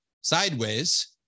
sideways